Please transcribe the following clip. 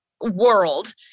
world